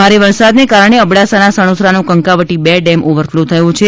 ભારે વરસાદના કારણે અબડાસાના સણોસરાનો કંકાવટી બે ડેમ ઓવરફલો થયો છે